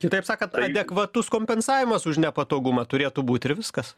kitaip sakant adekvatus kompensavimas už nepatogumą turėtų būt ir viskas